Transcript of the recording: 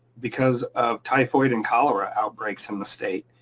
because of typhoid and cholera outbreaks in the state.